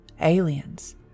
aliens